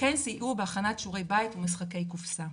כן סייעו בהכנת שיעורי בית ומשחקי קופסא.